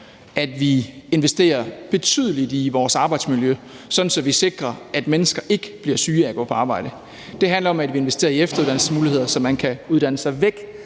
at vi investerer betydeligt i vores arbejdsmiljø, sådan at vi sikrer, at mennesker ikke bliver syge af at gå på arbejde. Det handler om, at vi investerer i efteruddannelsesmuligheder, så man kan uddanne sig væk